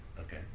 Okay